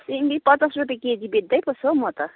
सिमी पचास रुपियाँ केजी बेच्दै पो छु हौ म त